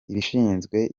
ishinzwe